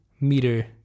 meter